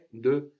de